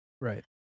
right